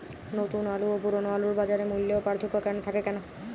নতুন আলু ও পুরনো আলুর বাজার মূল্যে পার্থক্য থাকে কেন?